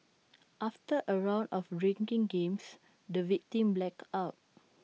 after A round of drinking games the victim blacked out